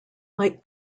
mike